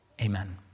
Amen